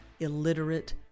illiterate